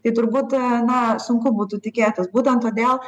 tai turbūt na sunku būtų tikėtis būtent todėl